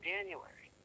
January